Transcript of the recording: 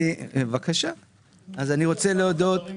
אני רוצה להודות